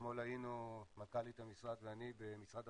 אתמול היינו, מנכ"לית המשרד ואני, במשרד החוץ,